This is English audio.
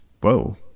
Whoa